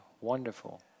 Wonderful